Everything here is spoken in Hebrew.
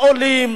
לעולים,